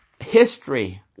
history